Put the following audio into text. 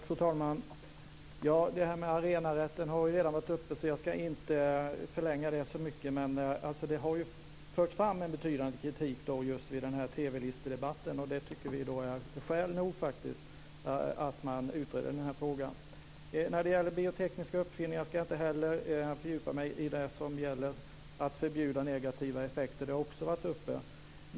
Fru talman! Arenarätten har redan varit uppe så jag ska inte förlänga den diskussionen så mycket. Men det har förts fram en betydande kritik just vid TV-listedebatten. Det tycker vi är skäl nog för att utreda den här frågan. När det gäller biotekniska uppfinningar ska jag inte heller fördjupa mig i det som gäller att förbjuda negativa effekter. Det har också varit uppe.